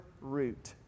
root